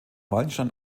wallenstein